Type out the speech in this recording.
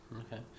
Okay